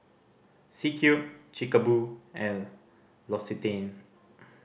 C Cube Chic Boo and L'Occitane